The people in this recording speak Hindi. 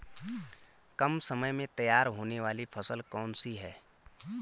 कम समय में तैयार होने वाली फसल कौन सी है?